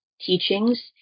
teachings